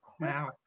Wow